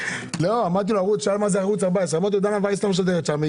--- הוא שאל מה זה ערוץ 14. אמרתי לו: דנה וייס לא משדרת שם.